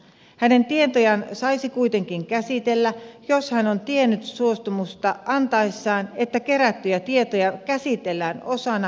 hänen tietojaan saisi kuitenkin käsitellä jos hän on tiennyt suostumusta antaessaan että kerättyjä tietoja käsitellään osana tutkimusaineistoa